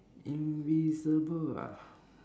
invisible ah